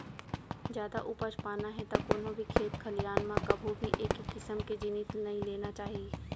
जादा उपज पाना हे त कोनो भी खेत खलिहान म कभू भी एके किसम के जिनिस नइ लेना चाही